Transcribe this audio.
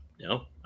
No